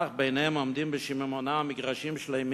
אך ביניהם עומדים בשיממונם מגרשים שלמים